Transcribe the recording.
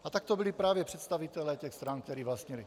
A tak to byli právě představitelé těch stran, kteří vlastnili.